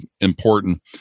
important